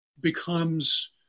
becomes